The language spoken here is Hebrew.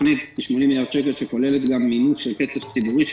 התוכנית של 80 מיליארד כוללת גם מינוף כסף ציבורי,